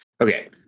okay